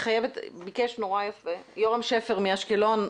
יורם שפר מאשקלון,